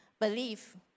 Belief